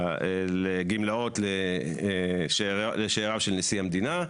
לגמלאות לשאריו של נשיא המדינה.